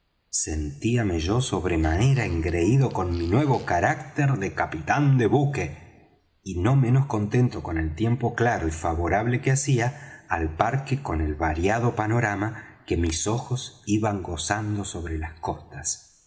norte sentíame yo sobre manera engreído con mi nuevo carácter de capitán de buque y no menos contento con el tiempo claro y favorable que hacía al par que con el variado panorama que mis ojos iban gozando sobre las costas